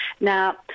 Now